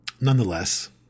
nonetheless